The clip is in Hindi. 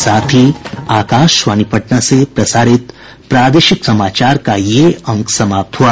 इसके साथ ही आकाशवाणी पटना से प्रसारित प्रादेशिक समाचार का ये अंक समाप्त हुआ